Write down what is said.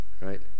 right